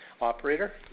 Operator